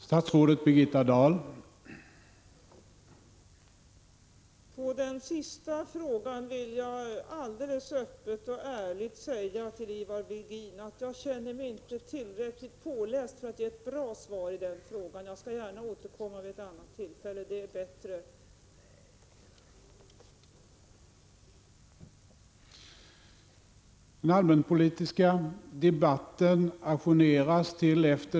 Herr talman! Vad gäller den senaste frågan vill jag alldeles öppet och ärligt säga till Ivar Virgin, att jag inte känner mig tillräckligt påläst för att ge ett bra svar. Jag skall gärna återkomma vid ett annat tillfälle.